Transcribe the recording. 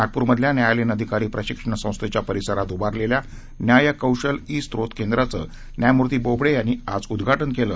नागपूरमधल्या न्यायालयीन अधिकारी प्रशिक्षण संस्थेच्या परिसरात उभारलेल्या न्याय कौशल ई स्रोत केंद्राचं न्यायमूर्ती बोबडे यांनी आज उद्घाटन केलं